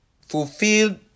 fulfilled